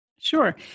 Sure